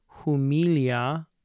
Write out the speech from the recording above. humilia